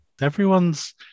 Everyone's